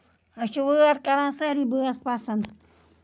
أسۍ چھِ وٲر کران سٲری بٲژٕ پَسند